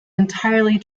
entirely